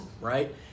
right